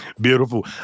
beautiful